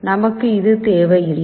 நமக்கு இது தேவையில்லை